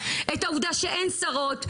את העובדה שאין שרות,